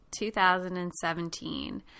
2017